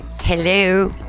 hello